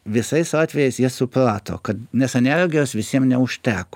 visais atvejais jie suprato kad nes energijos visiem neužteko